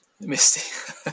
Misty